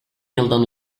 yıldan